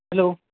hello